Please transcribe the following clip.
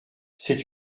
c’est